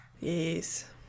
yes